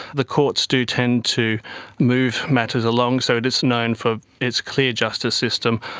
the courts do tend to move matters along, so it is known for its clear justice system.